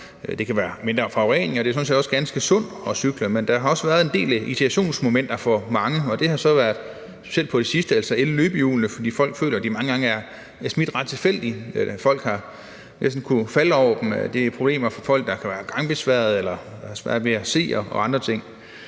De fylder mindre og forurener mindre, og det er sådan set også ganske sundt at cykle. Men der har også været en del irritationsmomenter for mange mennesker, og det har specielt på det sidste været i forhold til elløbehjulene, fordi folk føler, at de mange gange er smidt ret tilfældigt, og hvor man har kunnet falde over dem. Det er et problem for folk, der er gangbesværede eller har svært ved at se og andre ting.